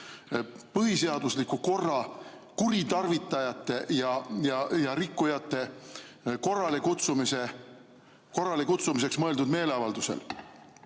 põhiseadusliku korra kuritarvitajate ja rikkujate korralekutsumiseks mõeldud meeleavaldusel!